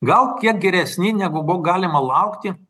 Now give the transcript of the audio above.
gal kiek geresni negu buvo galima laukti